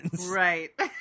Right